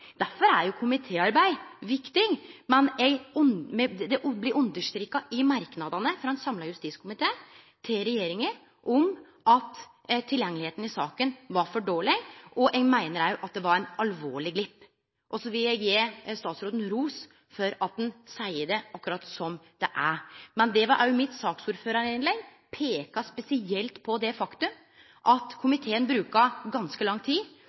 Derfor er komitéarbeid viktig. Men det blir understreka i merknadane frå ein samla justiskomité til regjeringa at tilgjengelegheita i saka var for dårleg, og eg meiner at det var ein alvorleg glipp. Så vil eg gje statsråden ros for at han seier det akkurat som det er. Men i mitt saksordførarinnlegg peika eg spesielt på det faktum at komiteen bruka ganske lang tid